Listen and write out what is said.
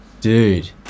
Dude